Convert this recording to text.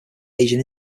asian